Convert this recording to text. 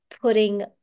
putting